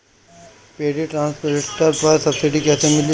Paddy transplanter पर subsidy कैसे मिली?